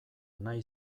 nahi